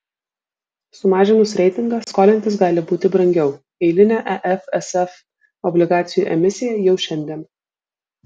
sumažinus reitingą skolintis gali būti brangiau eilinė efsf obligacijų emisija jau šiandien